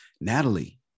Natalie